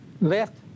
left